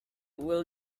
will